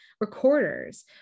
recorders